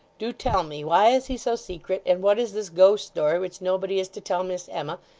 do tell me. why is he so secret, and what is this ghost story, which nobody is to tell miss emma,